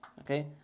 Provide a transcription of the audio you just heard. okay